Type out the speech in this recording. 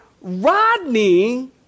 Rodney